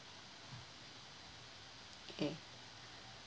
okay